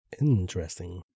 Interesting